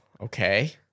okay